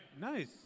Nice